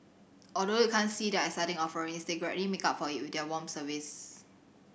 although you can't see their exciting offerings they gladly make up for it with their warm service